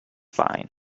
fine